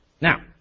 Now